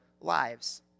lives